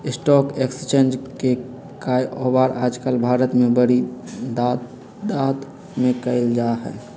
stock exchange के काएओवार आजकल भारत में बडी तादात में कइल जा हई